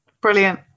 Brilliant